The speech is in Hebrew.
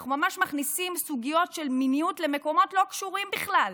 אנחנו ממש מכניסים סוגיות של מיניות למקומות לא קשורים בכלל,